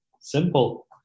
Simple